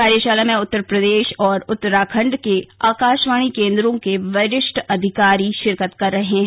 कार्यशाला में उत्तर प्रदेश और उत्तराखण्ड के आकाशवाणी केंद्रों के वरिष्ठ अधिकारी शिरकत कर रहे हैं